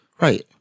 Right